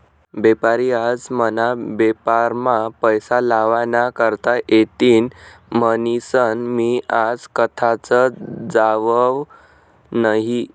बेपारी आज मना बेपारमा पैसा लावा ना करता येतीन म्हनीसन मी आज कथाच जावाव नही